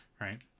Right